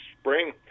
spring